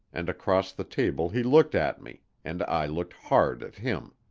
and across the table he looked at me, and i looked hard at him.